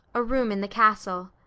a room in the castle.